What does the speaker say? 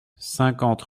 cinquante